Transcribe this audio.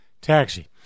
Taxi